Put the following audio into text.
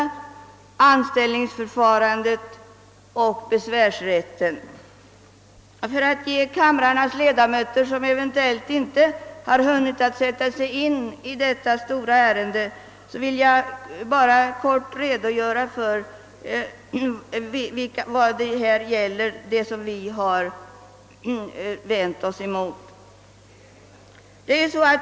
För de av kammarens ledamöter som eventuellt inte hunnit sätta sig in i detta stora ärende vill jag i korthet redogöra för vad saken gäller.